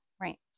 Right